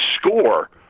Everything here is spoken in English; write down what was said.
score